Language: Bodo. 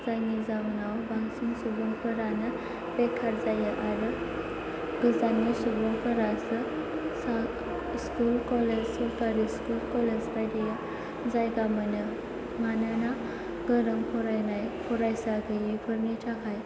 जायनि जाहोनाव बांसिन सुबुंफोरानो बेखार जायो आरो गोजाननि सुबुंफोरासो स्कुल कलेज सरखारि स्कुल कलेज बायदियाव जायगा मोनो मानोना गोरों फरायनाय फरायसा गैयैफोरनि थाखाय